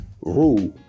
rule